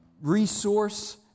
resource